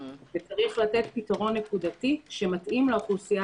יש לתת פתרון נקודתי שמתאים לאוכלוסייה